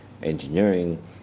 engineering